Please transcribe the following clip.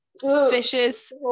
fishes